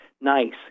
nice